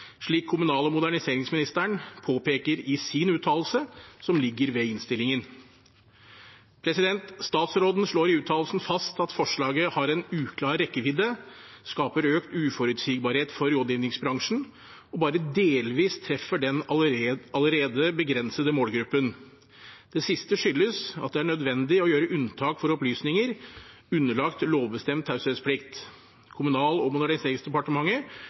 slik kommunal- og moderniseringsministeren påpeker i sin uttalelse, som ligger ved innstillingen. Statsråden slår i uttalelsen fast at forslaget har en uklar rekkevidde, skaper økt uforutsigbarhet for rådgivningsbransjen og bare delvis treffer den allerede begrensede målgruppen. Det siste skyldes at det er nødvendig å gjøre unntak for opplysninger underlagt lovbestemt taushetsplikt. Kommunal- og moderniseringsdepartementet